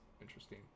interesting